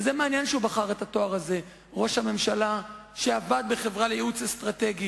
זה מעניין שראש הממשלה שעבד בחברה לייעוץ אסטרטגי